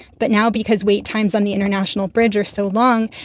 but now because wait times on the international bridge are so long,